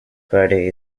friday